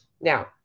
Now